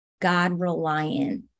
God-reliant